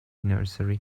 nursery